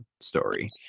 story